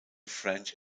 french